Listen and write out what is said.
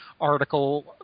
article